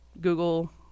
Google